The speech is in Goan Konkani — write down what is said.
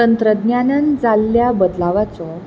तंत्रज्ञानान जाल्ल्या बदलावाचो